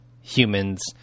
humans